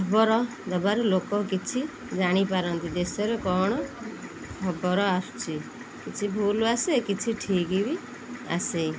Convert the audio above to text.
ଖବର ଦେବାରୁ ଲୋକ କିଛି ଜାଣିପାରନ୍ତି ଦେଶରେ କ'ଣ ଖବର ଆସୁଛି କିଛି ଭୁଲ ଆସେ କିଛି ଠିକ୍ ବି ଆସେ